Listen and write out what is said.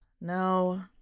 No